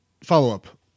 Follow-up